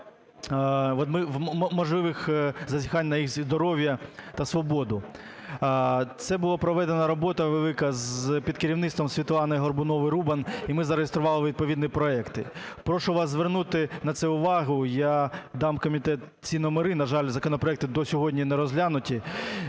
можливих зазіхань на їх здоров'я та свободу. Це була проведена робота велика під керівництвом Світлани Горбунової-Рубан, і ми зареєстрували відповідні проекти. Прошу вас звернути на це увагу. Я дам в комітет ці номери, на жаль, законопроекти до сьогодні не розглянуті.